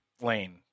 Lane